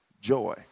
joy